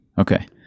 Okay